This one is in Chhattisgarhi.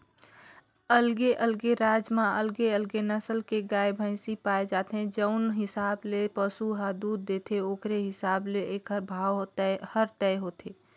अलगे अलगे राज म अलगे अलगे नसल के गाय, भइसी पाए जाथे, जउन हिसाब ले पसु ह दूद देथे ओखरे हिसाब ले एखर भाव हर तय होथे